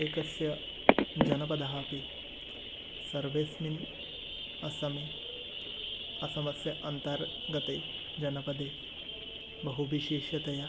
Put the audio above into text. एकस्य जनपदः अपि सर्वस्मिन् अस्समे असमस्य अन्तर्गते जनपदे बहु विशेषतया